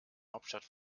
hauptstadt